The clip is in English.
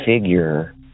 figure